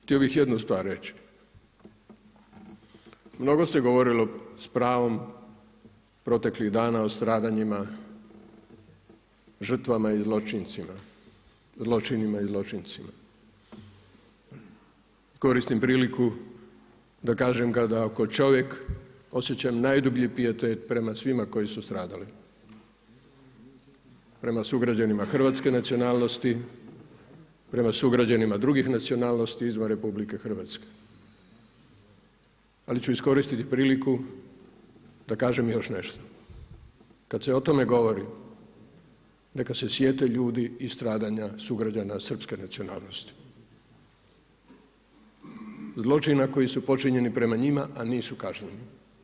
Htio bih jednu stvar reći, mnogo se govorilo s pravom proteklih dana o stradanjima, žrtvama i zločincima, zločinima i zločincima, koristim priliku da kažem kada ako čovjek osjeća najdublji pijetet prema svima koji su stradali, prema sugrađanima hrvatske nacionalnosti, prema sugrađanima drugih nacionalnosti izvan RH, ali ću iskoristiti priliku da kažem još nešto, kada se o tome govori neka se sjete ljudi i stradanja sugrađana srpske nacionalnosti, zločina koji su počinjeni prema njima, a nisu kažnjeni.